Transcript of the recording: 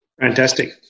Fantastic